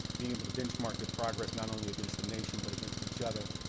being able to benchmark their progress, not only against the nation, but against each other.